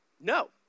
No